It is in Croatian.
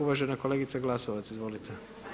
Uvažena kolegica Glasova, izvolite.